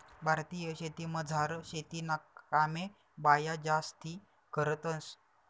भारतीय शेतीमझार शेतीना कामे बाया जास्ती करतंस